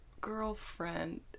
girlfriend